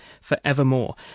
forevermore